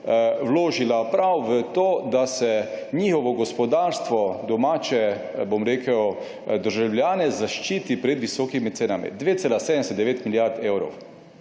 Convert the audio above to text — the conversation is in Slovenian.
vložila prav v to, da se njihovo domače gospodarstvo in državljane zaščiti pred visokimi cenami. 2,79 milijard evrov.